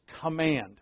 command